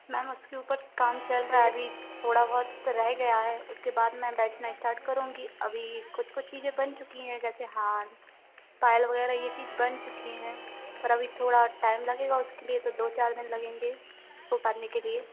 ma'am उसके ऊपर काम चल रहा है अभी थोड़ा बहुत रह गया है उसके बाद मैं बैठना स्टार्ट करूँगी अभी कुछ कुछ चीज़ें बन चुकी हैं जैसे हान पायल वग़ैरह यह चीज़ें बन चुकी हैं और अभी थोड़ा टाइम लगेगा उसके लिए तो दो चार दिन लगेंगे उसको पारने के लिए